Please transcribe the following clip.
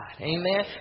Amen